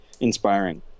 inspiring